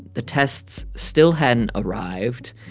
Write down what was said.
the tests still hadn't arrived.